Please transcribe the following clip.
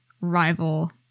rival